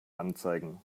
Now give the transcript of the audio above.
anzeigen